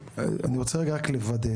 אני רוצה רגע רק לוודא.